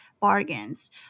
bargains